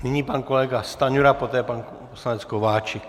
Nyní pan kolega Stanjura, poté pan poslanec Kováčik.